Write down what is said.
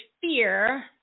fear